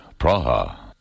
Praha. (